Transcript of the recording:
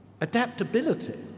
Adaptability